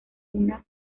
una